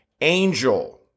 angel